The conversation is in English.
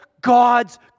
God's